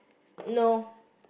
no